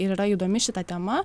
yra įdomi šita tema